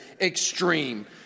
extreme